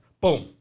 boom